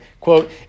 Quote